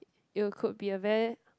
you could be a very